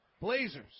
Blazers